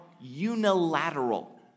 unilateral